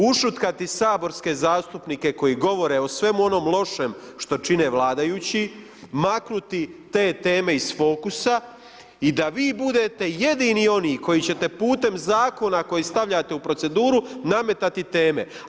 Ušutkati saborske zastupnike, koji govore o svemu onom lošem što čine vladajući, maknuti te teme iz fokusa i da vi budete jedini oni koji ćete putem zakona, koji stavljate u proceduru nametati teme.